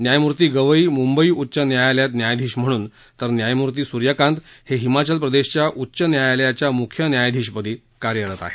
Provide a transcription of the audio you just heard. न्यायमूर्ती गवई मुंबई उच्च न्यायालयात न्यायाधीश म्हणून तर न्यायमूर्ती सूर्य कांत हे हिमाचल प्रदेशच्या उच्च न्यायालयाच्या म्ख्य न्यायाधीश पदी कार्यरत आहेत